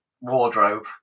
wardrobe